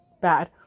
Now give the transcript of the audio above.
bad